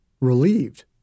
relieved